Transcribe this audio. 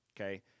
okay